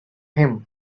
him